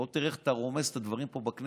בוא תראה איך אתה רומס את הדברים פה בכנסת,